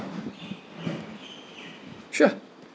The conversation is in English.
sure